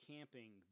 Camping